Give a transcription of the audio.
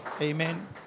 Amen